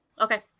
Okay